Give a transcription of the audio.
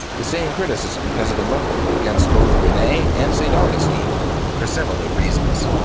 the same criticism has been leveled against both rene and st. augustine for similar reasons.